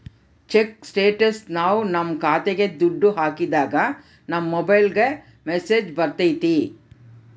check ಸ್ಟೇಟಸ್ನ ನಾವ್ ನಮ್ ಖಾತೆಗೆ ದುಡ್ಡು ಹಾಕಿದಾಗ ನಮ್ ಮೊಬೈಲ್ಗೆ ಮೆಸ್ಸೇಜ್ ಬರ್ತೈತಿ